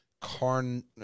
carn